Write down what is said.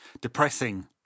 depressing